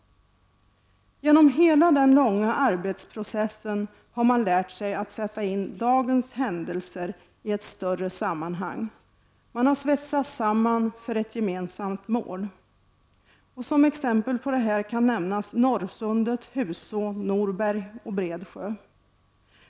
Genom hela den långa arbetsprocessen har man lärt sig att sätta in dagens händelser i ett större sammanhang. Man har svetsats samman för ett gemensamt mål. Som exempel kan nämnas Norrsundet, Huså, Norberg, Bredsjö.